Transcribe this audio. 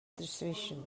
decision